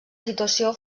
situació